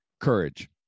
courage